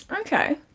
okay